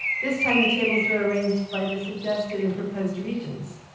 this time the tables were arranged by the suggested and proposed regions.